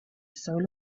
soul